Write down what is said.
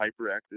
hyperactive